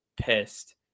pissed